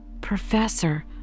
Professor